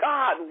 God